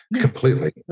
Completely